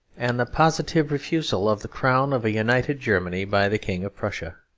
and the positive refusal of the crown of a united germany by the king of prussia,